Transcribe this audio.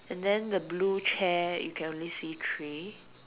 and then the blue chair you can only see three